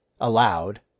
aloud